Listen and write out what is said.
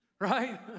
right